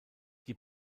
die